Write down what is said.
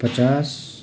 पचास